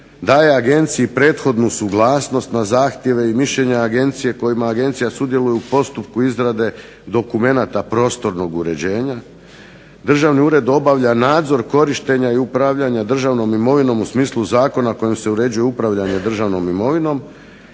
daje Agenciji prethodnu suglasnost na zahtjeve i mišljenje Agencije kojima Agencija sudjeluje u postupku izrade dokumenata prostornog uređenje, Državni ured obavlja nadzor korištenja i upravljanja državnom imovinom u smislu Zakona kojim se uređuje upravljanje državnom imovinom.